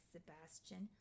Sebastian